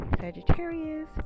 Sagittarius